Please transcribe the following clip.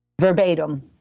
verbatim